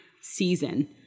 season